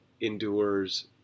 endures